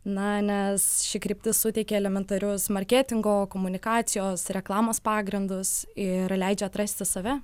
na nes ši kryptis suteikia elementarios marketingo komunikacijos reklamos pagrindus ir leidžia atrasti save